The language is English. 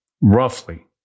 Roughly